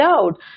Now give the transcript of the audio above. out